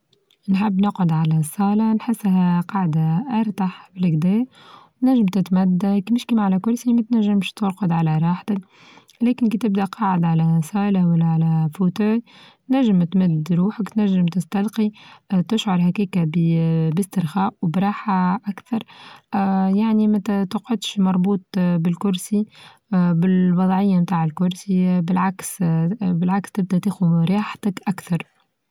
نحب نقعد على صالة نحسها قاعدة ارتاح للأقدام رچلك بتمدد مش كيم على كرسى ميت نچم بيش ترقد على راحتك ولكن كي تبدا قاعد على صالة ولا على فوتيه تنچم تمد روحك تنچم تستلقي تشعر هاكا بإسترخاء وبراحة أكثر يعني متى تقعدش مربوط آ بالكرسي آ بالوضعية بتاع الكرسي بالعكس-بالعكس تبدأ تاخد راحتك أكثر.